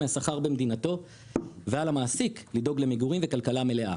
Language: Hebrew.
מהשכר במדינתו ועל המעסיק לדאוג למגורים וכלכלה מלאה.